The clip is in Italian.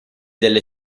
delle